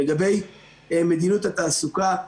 לגבי מדיניות התעסוקה,